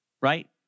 right